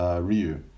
Ryu